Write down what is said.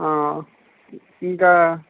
ఇంకా